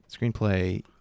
Screenplay